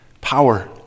power